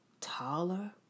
taller